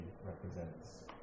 represents